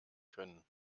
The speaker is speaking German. können